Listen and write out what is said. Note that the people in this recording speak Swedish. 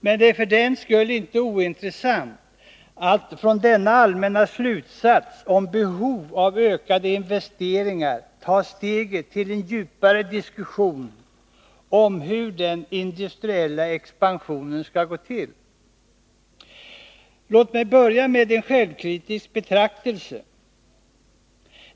Men det är för den skull inte ointressant att från denna allmänna slutsats om behov av ökade investeringar ta steget till en djupare diskussion om hur den industriella expansionen skall gå till. Låt mig börja med en självkritisk betraktelse.